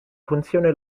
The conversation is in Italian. funzione